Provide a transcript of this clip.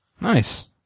Nice